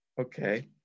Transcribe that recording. Okay